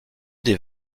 des